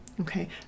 okay